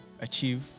achieve